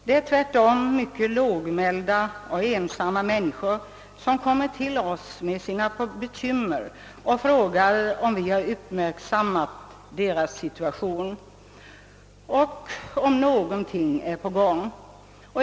Det är tvärtom mycket lågmälda och ensamma människor som kommer till oss med sina bekymmer och frågar, om vi har uppmärksammat deras problem och om det görs någonting åt dem.